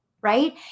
right